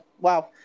Wow